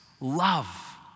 love